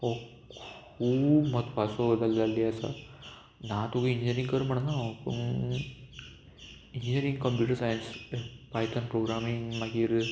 हो खूब म्हत्वाचो गजाल जाल्ली आसा ना तुका इंजिनियरींग कर म्हणना हांव पूण इंजिनियरींग कंप्युटर सायन्स पायतन प्रोग्रामींग मागीर